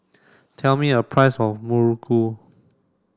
tell me a price of Muruku